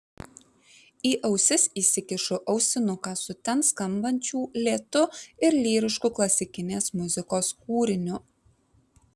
į ausis įsikišu ausinuką su ten skambančių lėtu ir lyrišku klasikinės muzikos kūriniu